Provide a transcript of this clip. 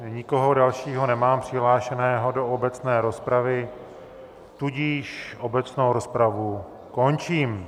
Nikoho dalšího nemám přihlášeného do obecné rozpravy, tudíž obecnou rozpravu končím.